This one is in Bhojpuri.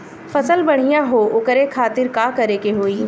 फसल बढ़ियां हो ओकरे खातिर का करे के होई?